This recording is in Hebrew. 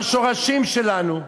מהשורשים שלנו,